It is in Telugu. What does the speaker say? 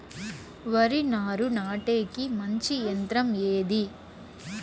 వరి నారు నాటేకి మంచి యంత్రం ఏది?